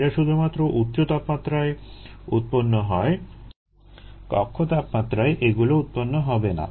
এরা শুধুমাত্র উচ্চ তাপমাত্রায় উৎপন্ন হয় কক্ষ তাপমাত্রায় এগুলো উৎপন্ন হবে না